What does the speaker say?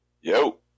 Yo